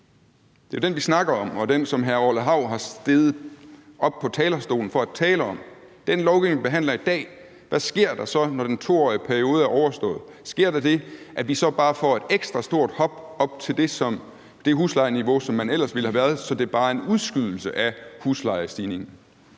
det er jo den, vi snakker om, og den, som hr. Orla Hav er steget op på talerstolen for at tale om – hvad sker der så, når den 2-årige periode er overstået? Sker der det, at vi så bare får et ekstra stort hop op til det huslejeniveau, som man ellers ville have været på, så det bare er en udskydelse af huslejestigningen?